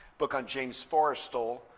book on james forrestal,